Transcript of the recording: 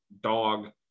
dog